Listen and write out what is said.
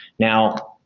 now,